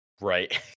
Right